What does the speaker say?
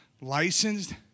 licensed